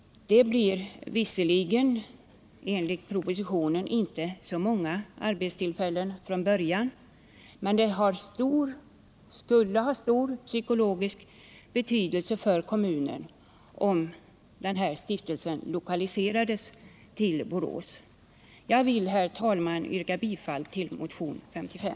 Det blir visserligen enligt propositionen inte så många arbetstillfällen från början, men det skulle ha stor psykologisk betydelse för kommunen om den här stiftelsen lokaliserades till Borås. Jag vill, herr talman, yrka bifall till motionen 55.